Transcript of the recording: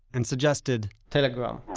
and suggested, telegram.